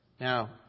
Now